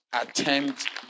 attempt